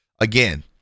again